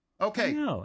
Okay